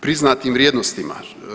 Priznatim vrijednostima?